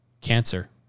cancer